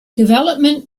development